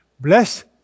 Bless